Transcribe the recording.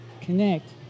connect